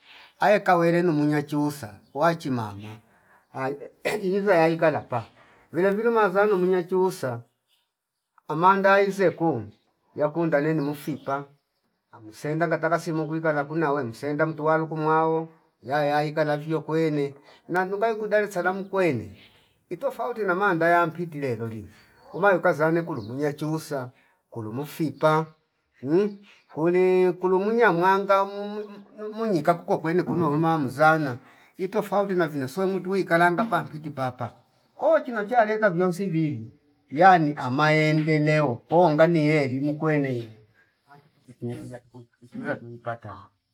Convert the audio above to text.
Awe kawereno munyachusa wachimama aye inizo yaikalapa vilevile mazuwanu munya chusa omanda wizeku yakunda le ni mufipa amusenda ngatala si mukuika lakuna we msenda mtuwalo kumwao ngiya yai kala vio kwene na ndungai ukudai salam kwene itofauti na manda yampo itile loli umayo kazane kulumwiya chusa kulu mufipa mhh kuli kulu munya mwanga mmhh niu munyi ka kukokweno kunyo luma mzana itofauti na vina soe mutuwi kalangapa kuchi papa ko chino chaleta viyonsi vivyo yani ama endeleo ko ngani yelimu kwenelo anti tukutu